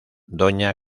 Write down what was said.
doña